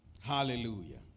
Hallelujah